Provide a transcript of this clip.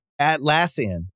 Atlassian